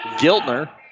Giltner